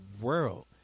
world